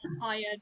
higher